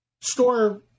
store